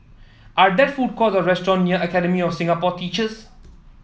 are there food courts or restaurant near Academy of Singapore Teachers